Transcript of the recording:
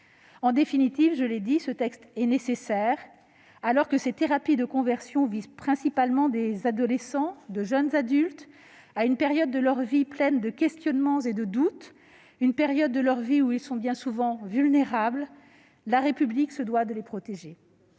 En définitive, je l'ai dit, ce texte est nécessaire. Alors que ces thérapies de conversion visent principalement des adolescents et de jeunes adultes, à une période de leur vie pleine de questionnements et de doutes, où ils sont bien souvent vulnérables, la République se doit de les protéger.